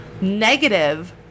negative